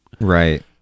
Right